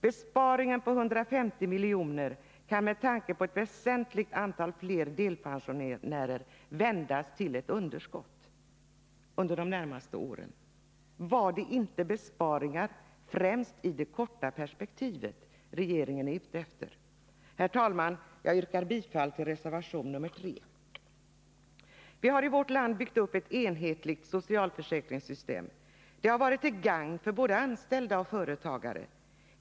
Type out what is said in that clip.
Besparingen på 150 milj.kr. kan med tanke på ett väsentligt större antal delpensionärer vändas till ett underskott under de närmaste åren. Var det inte besparingar främst i det korta perspektivet som regeringen var ute efter? Herr talman! Jag yrkar bifall till reservation nr 3. Vi har i vårt land byggt upp ett enhetligt socialförsäkringssystem. Det har varit till gagn för både anställda och företagare.